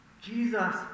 Jesus